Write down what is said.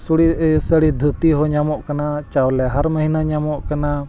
ᱥᱩᱲᱤ ᱥᱟᱹᱲᱤ ᱫᱷᱟᱹᱛᱤ ᱦᱚᱸ ᱧᱟᱢᱚᱜ ᱠᱟᱱᱟ ᱪᱟᱣᱞᱮ ᱦᱟᱨ ᱢᱟᱹᱦᱱᱟᱹ ᱧᱟᱢᱚᱜ ᱠᱟᱱᱟ